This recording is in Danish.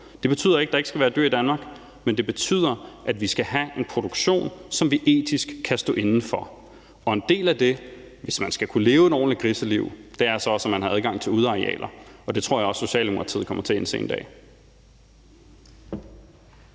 Det betyder ikke, at der ikke skal være dyr i Danmark, men det betyder, at vi skal have en produktion, som vi etisk kan stå inde for, og en del af det er, at hvis man skal kunne leve et ordentligt griseliv, har man også adgang til udearealer, og det tror jeg også Socialdemokratiet kommer til at indse en dag.